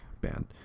band